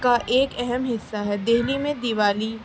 کا ایک اہم حصہ ہے دہلی میں دیوالی